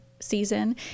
Season